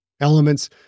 Elements